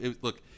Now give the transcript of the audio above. look